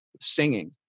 singing